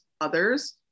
others